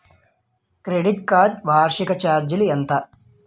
Credit card వార్షిక ఛార్జీలు ఎంత?